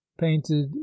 painted